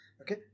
okay